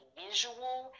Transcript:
visual